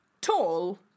Tall